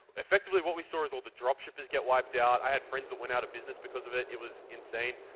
effectively what we saw is all the dropshippers get wiped out, i had friends that went out of business because of it. it was insane